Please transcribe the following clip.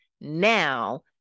now